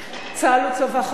צה"ל הוא צבא חזק,